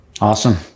Awesome